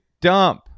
dump